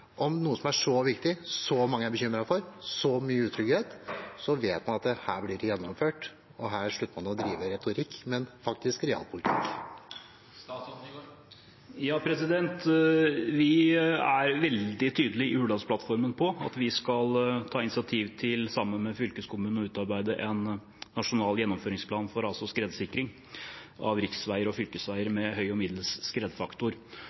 om noe som er så viktig, som så mange er bekymret for, og som innebærer så mye utrygghet, så man vet at det her blir gjennomført, at man slutter å drive med retorikk og faktisk driver realpolitikk. I Hurdalsplattformen er vi veldig tydelige på at vi sammen med fylkeskommunene skal ta initiativ til å utarbeide en nasjonal gjennomføringsplan for ras- og skredsikring av riksveier og fylkesveier med høy og middels skredfaktor.